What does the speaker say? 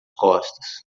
costas